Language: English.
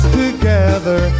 together